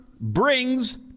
brings